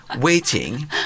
waiting